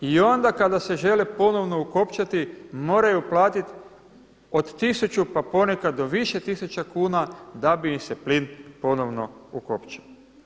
I on da kada se žele ponovno ukopčati moraju platiti od 1000 pa ponekad do više tisuća kuna da bi im se plin ponovno ukopčao.